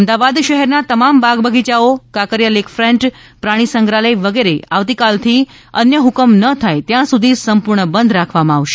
અમદાવાદ શહેરના તમામ બાગ બગિયાઓ કાંકરીયાલેકફન્ટ પ્રાણી સંગ્રહાલથ વગેરે આવતીકાલથી અન્ય ઠ્કમ ન થાય ત્યાં સુધી સંપૂર્ણ બંધ રાખવામાં આવશે